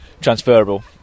transferable